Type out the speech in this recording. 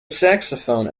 saxophone